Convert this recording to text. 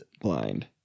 Blind